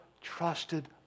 trusted